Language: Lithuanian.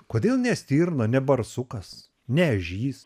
kodėl ne stirna ne barsukas ne ežys